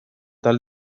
tal